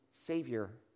savior